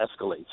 escalates